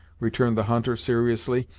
returned the hunter, seriously.